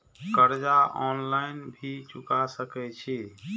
कर्जा ऑनलाइन भी चुका सके छी?